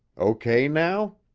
o. k. now?